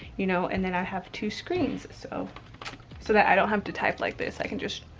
you know, and then i have two screens. so so that i don't have to type like this. i can just,